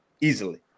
easily